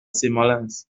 sémalens